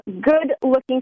good-looking